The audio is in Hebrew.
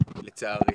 לצערי.